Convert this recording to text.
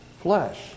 flesh